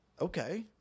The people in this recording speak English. okay